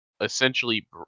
essentially